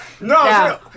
No